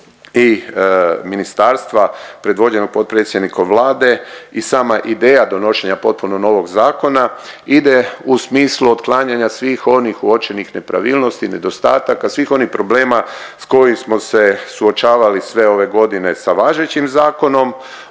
i ministarstva predvođenog potpredsjednikom Vlade i sama ideja donošenja potpuno novog zakona ide u smislu otklanjanja svih onih uočenih nepravilnosti i nedostataka, svih onih problema s kojim smo se suočavali sve ove godine sa važećim zakonom.